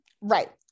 right